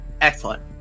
Excellent